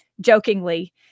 jokingly